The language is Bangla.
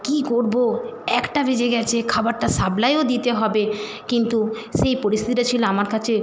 কী করবো একটা বেজে গেছে খাবারটা সাপ্লাইও দিতে হবে কিন্তু সেই পরিস্থিতিটা ছিলো আমার কাছে